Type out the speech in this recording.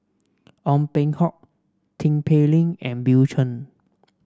Ong Peng Hock Tin Pei Ling and Bill Chen